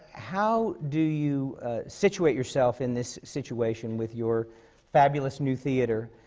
how do you situate yourself in this situation, with your fabulous new theatre,